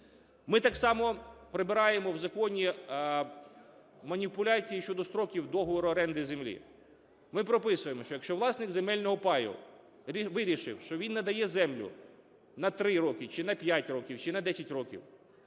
Ми так само прибираємо в законі маніпуляції щодо строків договору оренди землі. Ми прописуємо, що якщо власник земельного паю вирішив, що він надає землю на 3 роки, чи 5 років, чи на 10 років,